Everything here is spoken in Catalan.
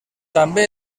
també